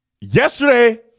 yesterday